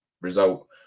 result